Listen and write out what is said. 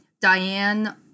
Diane